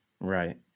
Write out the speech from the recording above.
Right